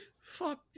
Fuck